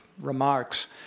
remarks